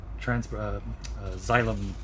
xylem